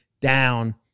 down